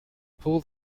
pull